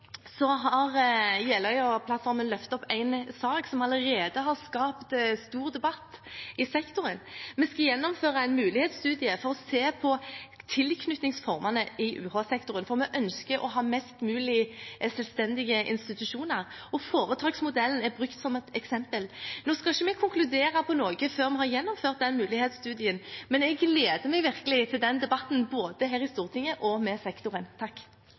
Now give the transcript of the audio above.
har løftet opp en sak som allerede har skapt stor debatt i sektoren. Vi skal gjennomføre en mulighetsstudie for å se på tilknytningsformene i UH-sektoren, for vi ønsker å ha mest mulig selvstendige institusjoner, og foretaksmodellen er brukt som et eksempel. Nå skal vi ikke konkludere på noe før vi har gjennomført den mulighetsstudien, men jeg gleder meg virkelig til den debatten både her i Stortinget og med sektoren.